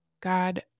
God